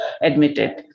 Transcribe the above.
admitted